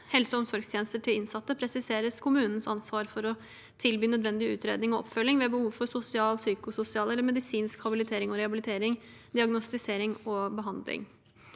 helse- og omsorgstjenester til innsatte presiseres kommunenes ansvar for å tilby nødvendig utred ning og oppfølging ved behov for sosial, psykososial eller medisinsk habilitering og rehabilitering, diagnostisering og behandling.